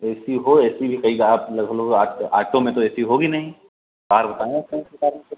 ए C हो A C भी कई लगभग लगभग आटो में तो ए सी होगा नहीं कार बताया था